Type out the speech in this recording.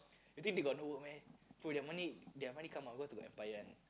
you think they got no work meh bro their money their money come out cause they got empire one